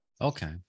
Okay